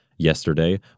Yesterday